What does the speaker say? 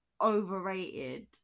overrated